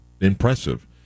impressive